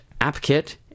AppKit